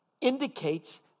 indicates